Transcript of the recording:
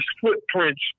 footprints